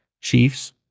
Chiefs